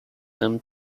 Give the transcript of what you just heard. them